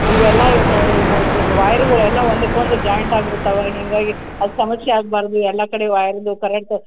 ಇವೆಲ್ಲ ಇದು ಹೋದ ವೈರ್ಗಳೆಲ್ಲ ಒಂದಕ್ಕೆ ಒಂದು ಜಾಯಿಂಟ್ ಆಗ್ಬಿಟ್ಟಾವೆ ಹೀಗಾಗಿ ಅದು ಸಮಸ್ಯೆ ಆಗಬಾರ್ದು ಎಲ್ಲ ಕಡೆ ವಯರ್ದು ಕರೆಂಟು